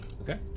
Okay